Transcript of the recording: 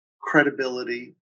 credibility